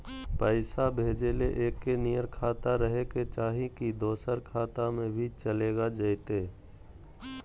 पैसा भेजे ले एके नियर खाता रहे के चाही की दोसर खाता में भी चलेगा जयते?